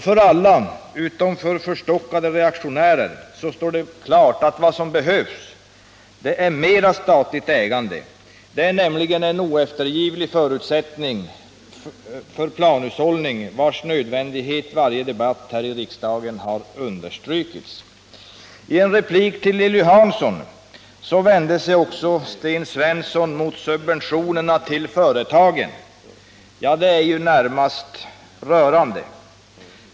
För alla utom för förstockade reaktionärer står det klart att vad som behövs är mera statligt ägande. Det är nämligen en oeftergivlig förutsättning för planhushållning, vars nödvändighet har understrukits i varje debatt här i kammaren. I en replik till Lilly Hansson vände sig Sten Svensson mot subventionerna till företagen. Det är närmast rörande.